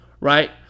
Right